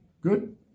Good